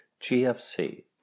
GFC